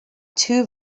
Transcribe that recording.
two